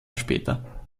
später